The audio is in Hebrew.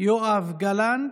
יואב גלנט.